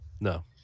No